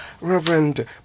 Reverend